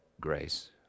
grace